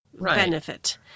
benefit